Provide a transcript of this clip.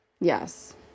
yes